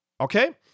Okay